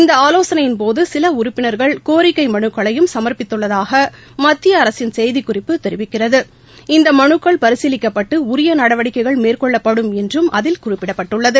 இந்தஆலோசனையின்போதுசிலஉறுப்பினர்கள் கோரிக்கைமனுக்களையும் சமா்ப்பித்துள்ளதாகமத்தியஅரசின் செய்திக்குறிப்பு தெரிவிக்கிறது பரிசீலிக்கப்பட்டுஉரியநடவடிக்கைகள் மேற்கொள்ளப்படும் இந்தமனுக்கள் என்றும் அதில் குறிப்பிடப்பட்டுள்ளது